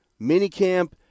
minicamp